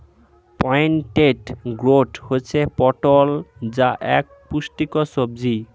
pointed gourd হচ্ছে পটল যা এক পুষ্টিকর সবজি